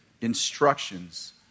instructions